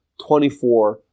24